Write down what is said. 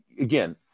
again